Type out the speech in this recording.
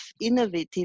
innovative